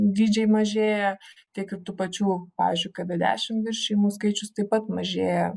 dydžiai mažėja tiek ir tų pačių pavyzdžiui kd dešim viršijimų skaičius taip pat mažėja